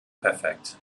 perfekt